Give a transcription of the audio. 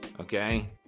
okay